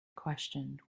questioned